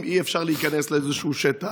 אם אי-אפשר להיכנס לאיזשהו שטח,